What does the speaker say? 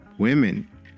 Women